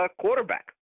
quarterback